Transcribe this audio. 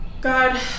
God